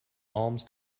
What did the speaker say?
alms